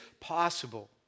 possible